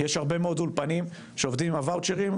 יש הרבה מאוד אולפנים שעובדים עם הוואוצ'רים,